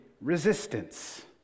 resistance